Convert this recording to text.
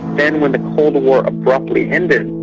then when the cold war abruptly ended,